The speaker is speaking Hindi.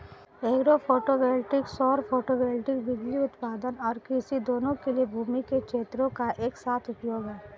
एग्रो फोटोवोल्टिक सौर फोटोवोल्टिक बिजली उत्पादन और कृषि दोनों के लिए भूमि के क्षेत्रों का एक साथ उपयोग है